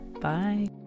Bye